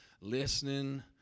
listening